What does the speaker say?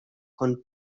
con